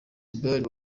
bale